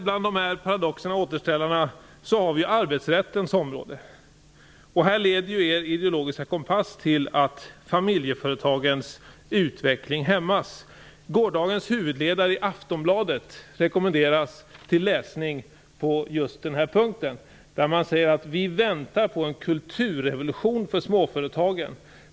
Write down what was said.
Bland de här paradoxerna och återställarna har vi också arbetsrättens område. Här leder er ideologiska kompass till att familjeföretagens utveckling hämmas. Gårdagens huvudledare i Aftonbladet rekommenderas för läsning på just den här punkten: "Vi väntar på en kulturrevolution för småföretagen.